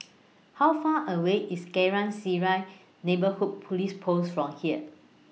How Far away IS Geylang Serai Neighbourhood Police Post from here